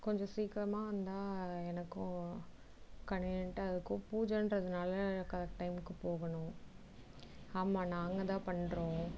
கொஞ்சம் சீக்கரமாக வந்தால் எனக்கும் கன்வியன்ட்டாக இருக்கும் பூஜைன்றதுனால டைமுக்கு போகணும் ஆமாம் நாங்கள் தான் பண்ணுறோம்